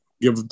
give